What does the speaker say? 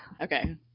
Okay